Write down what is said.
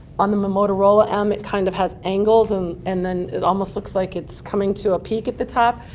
on the motorola m, it kind of has angles and and then it almost looks like it's coming to a peak at the top.